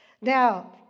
Now